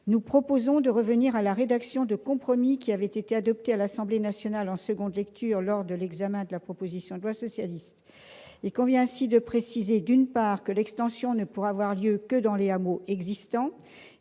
Nous proposons de revenir à la rédaction de compromis qui avait été adoptée à l'Assemblée nationale en seconde lecture lors de l'examen de la proposition de loi socialiste. Il convient ainsi de préciser, d'une part, que l'extension ne pourra avoir lieu que dans les hameaux existants